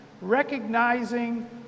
recognizing